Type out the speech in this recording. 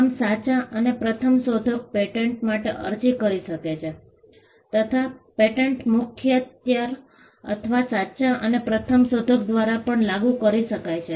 આમ સાચા અને પ્રથમ શોધક પેટન્ટ માટે અરજી કરી શકે છે તથા પેટન્ટ મુખત્યાર અથવા સાચા અને પ્રથમ શોધક દ્વારા પણ લાગુ કરી શકાય છે